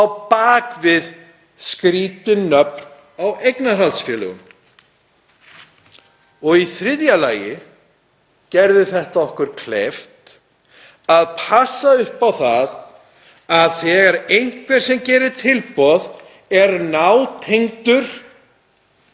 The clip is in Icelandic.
á bak við skrýtin nöfn á eignarhaldsfélögum. Í þriðja lagi gerir þetta okkur kleift að passa upp á að þegar einhver sem gerir tilboð er nátengdur